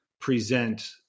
present